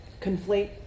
conflate